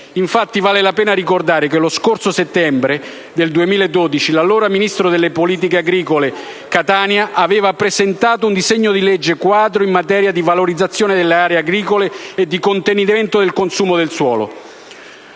Infatti, vale la pena ricordare che lo scorso settembre 2012, l'allora ministro delle politiche agricole Catania aveva presentato un disegno di legge quadro in materia di valorizzazione delle aree agricole e di contenimento del consumo del suolo,